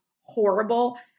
horrible